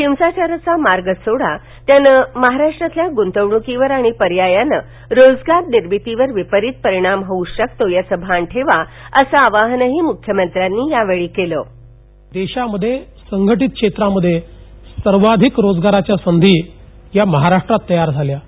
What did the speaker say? हिंसाचाराचा मार्ग सोडा त्यानं महाराष्ट्रातल्या गुंतवणुकीवर आणि पर्यायानं रोजगारनिर्मितीवर विपरित परिणाम होऊ शकतो याचं भान ठेवा असं आवाहनही मुख्यमंत्र्यांनी यावेळी केलं ध्वनी देशामध्ये संघटित क्षेत्रामध्ये सर्वाधिक रोजगाराच्या संधी या महाराष्ट्रात तयार झाल्यात